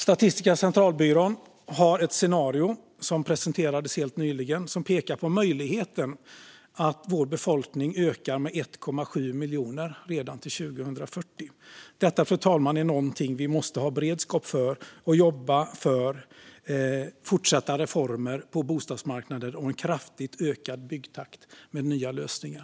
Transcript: Statistiska centralbyrån presenterade helt nyligen ett scenario som pekar på möjligheten att vår befolkning ökar med 1,7 miljoner redan till 2040. Detta, fru talman, är någonting som vi måste ha beredskap för. Vi måste jobba för fortsatta reformer av bostadsmarknaden och en kraftigt ökad byggtakt med nya lösningar.